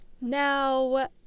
Now